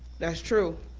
that's true,